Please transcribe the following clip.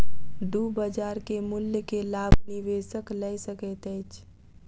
दू बजार के मूल्य के लाभ निवेशक लय सकैत अछि